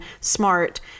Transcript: smart